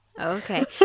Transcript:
okay